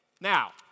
Now